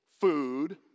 food